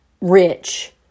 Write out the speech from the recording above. rich